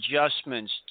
adjustments